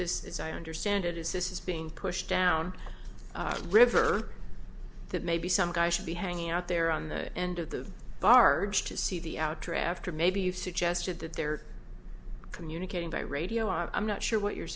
this as i understand it is this is being pushed down river that maybe some guy should be hanging out there on the end of the barge to see the outer after maybe you've suggested that they're communicating by radio i'm not sure what you're